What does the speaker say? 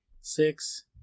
six